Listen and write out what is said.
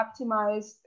optimized